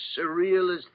surrealist